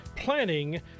Planning